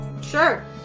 Sure